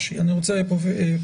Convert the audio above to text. אני רוצה לומר